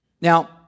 Now